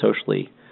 socially